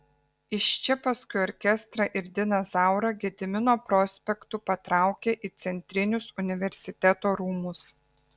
iš čia paskui orkestrą ir diną zaurą gedimino prospektu patraukė į centrinius universiteto rūmus